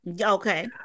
Okay